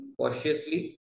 cautiously